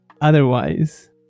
otherwise